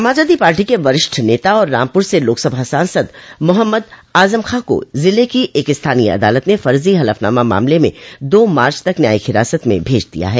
समाजवादी पार्टी के वरिष्ठ नेता और रामपुर से लोकसभा सासद मोहम्मद आजम खां को जिले की एक स्थानीय अदालत ने फर्जी हलफनामा मामले में दो मार्च तक न्यायिक हिरासत में भेज दिया है